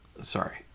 sorry